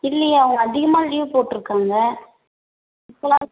இல்லையே அவங்க அதிகமாக லீவ் போட்டிருக்காங்க இப்போலாம்